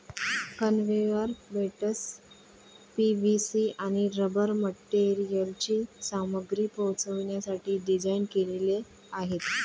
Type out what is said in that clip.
conveyor belts PVC आणि rubber मटेरियलची सामग्री पोहोचवण्यासाठी डिझाइन केलेले आहेत